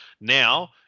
Now